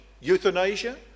euthanasia